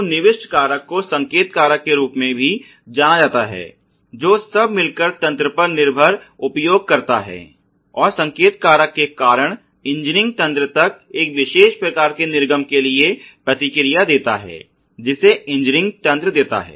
तो निविष्ट कारक को संकेत कारक के रूप में भी जाना जाता है जो सब मिलकर तंत्र का निर्भर उपयोगकर्ता है और संकेत कारक के कारण इंजीनियरिंग तंत्र एक विशेष प्रकार के निर्गम के लिए प्रतिक्रिया देता है जिसे इंजीनियर तंत्र देता है